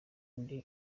ndi